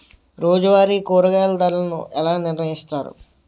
రోజువారి కూరగాయల ధరలను ఎలా నిర్ణయిస్తారు?